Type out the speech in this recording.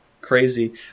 crazy